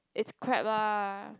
it's crap lah